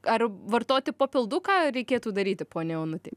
ar vartoti papildų ką reikėtų daryti poniai onutei